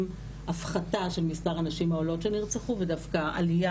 הפחתה של מספר הנשים העולות שנרצחו ודווקא עליה,